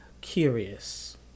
curious